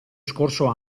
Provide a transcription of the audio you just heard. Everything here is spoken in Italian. scorso